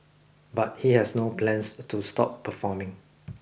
but he has no plans to stop performing